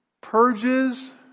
purges